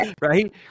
Right